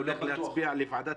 אני הולך לכמה דקות להצביע בוועדת